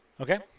Okay